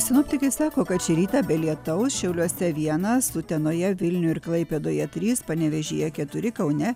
sinoptikai sako kad šį rytą be lietaus šiauliuose vienas utenoje vilniuje ir klaipėdoje trys panevėžyje keturi kaune